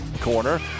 corner